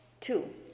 Two